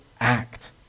act